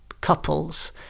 couples